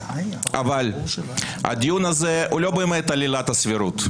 אבל הדיון הזה הוא לא באמת על עילת הסבירות.